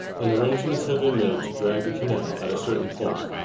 and arrangements have been made to drag the canal at a certain point.